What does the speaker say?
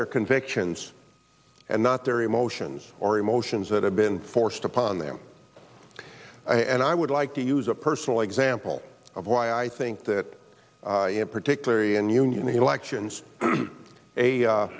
their convictions and not their emotions or emotions that have been forced upon them and i would like to use a personal example of why i think that particularly in union elections a